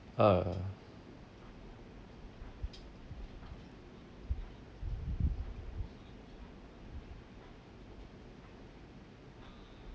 uh